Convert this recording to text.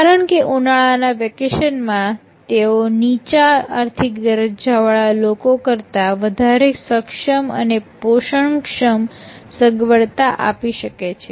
કારણકે ઉનાળાના વેકેશનમાં તેઓ નીચા આર્થિક દરજ્જાવાળા લોકો કરતા વધારે સક્ષમ અને પોષણક્ષમ સગવડતા આપી શકે છે